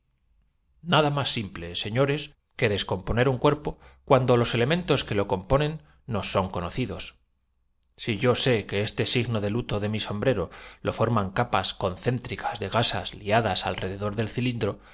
nada más simple señores que descomponer un cuerpo cuando los elementos que lo componen nos son pensadores termómetros barómetros cronómetros conocidos si yo sé que este signo de luto de mi som anteojos de gran potencia recipientes de